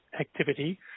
activity